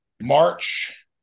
March